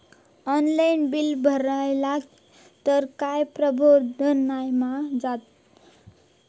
Online bill भरला तर काय प्रोब्लेम नाय मा जाईनत?